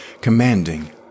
commanding